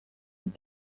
with